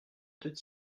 deux